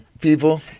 People